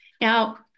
Now